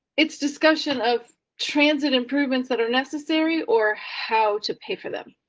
it's discussion of transit improvements that are necessary, or how to pay for them.